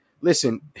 listen